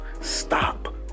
stop